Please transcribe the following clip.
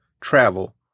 travel